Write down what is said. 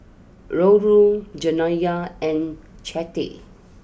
Rollo Janiya and Chante